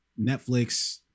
Netflix